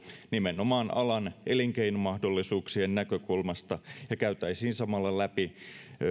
nimenomaan alan elinkeinomahdollisuuksien näkökulmasta ja käytäisiin samalla läpi